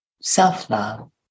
self-love